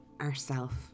ourself